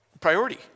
priority